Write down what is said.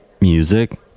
Music